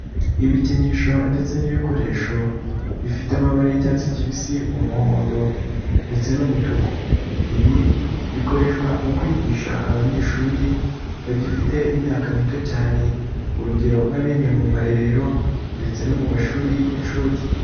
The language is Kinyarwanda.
lbikinisho ndetse n'ibikoresho bifite amabara y'icyatsi kibisi, umuhondo ,ndetse n'umutuku. lbi bikoreshwa mu kwigisha abanyeshuri bagifite imyaka mito cyane, urugero nk'abiga mu marerero, ndetse no mu mashuri y'inshuke.